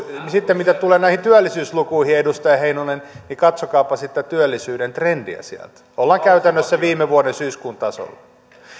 sitten mitä tulee näihin työllisyyslukuihin edustaja heinonen niin katsokaapa sitä työllisyyden trendiä sieltä ollaan käytännössä viime vuoden syyskuun tasolla